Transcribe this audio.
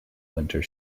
winter